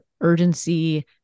urgency